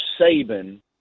Saban